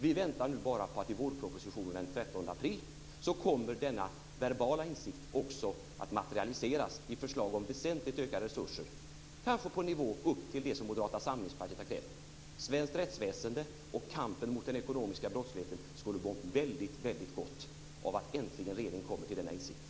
Vi väntar nu bara på att denna verbala insikt också kommer att materialiseras i förslag om väsentligt ökade resurser i vårpropositionen den 13 april, kanske på en nivå upp till den som Moderata samlingspartiet har krävs. Svenskt rättsväsende och kampen mot den ekonomiska brottsligheten skulle må väldigt gott om regeringen äntligen kom till denna insikt.